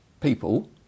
people